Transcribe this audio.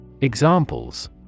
Examples